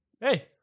hey